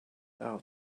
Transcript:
out